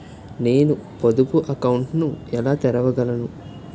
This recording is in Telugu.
నేను పొదుపు అకౌంట్ను ఎలా తెరవగలను?